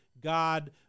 God